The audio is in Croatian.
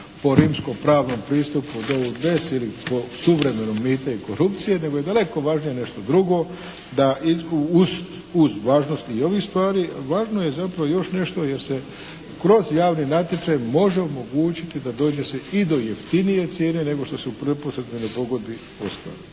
se ne razumije./ … ili po suvremenom, mita i korupcije, nego je daleko važnije nešto drugo, da uz važnost i ovih stvari, važno je zapravo još nešto jer se kroz javni natječaj može omogućiti da dođe se i do jeftinije cijene nego što su upotrijebljene u pogodbi ostvarene.